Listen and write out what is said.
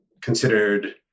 considered